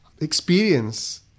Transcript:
experience